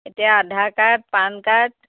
এতিয়া Aadhaar card PAN card